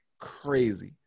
Crazy